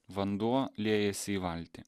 vanduo liejasi į valtį